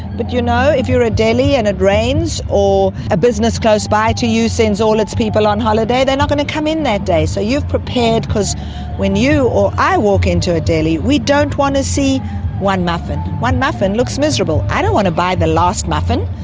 but you know if you are a deli and it rains or a business close by to you sends all its people on holiday, they are not going to come in that day, so you've prepared because when you you or i walk into a deli we don't want to see one muffin. one muffin looks miserable. i don't want to buy the last muffin.